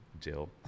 Jill